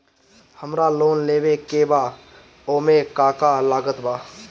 हमरा लोन लेवे के बा ओमे का का लागत बा?